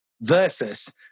versus